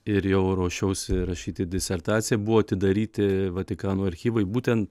ir jau ruošiausi rašyti disertaciją buvo atidaryti vatikano archyvai būten